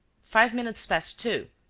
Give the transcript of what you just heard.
five minutes past two.